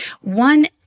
One